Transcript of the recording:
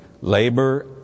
labor